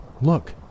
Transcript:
Look